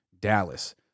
Dallas